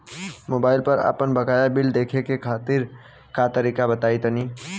Mobile पर आपन बाकाया बिल देखे के तरीका बताईं तनि?